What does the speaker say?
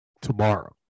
tomorrow